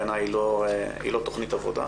בעיניי היא לא תוכנית עבודה.